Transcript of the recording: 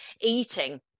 eating